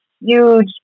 huge